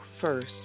first